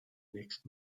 next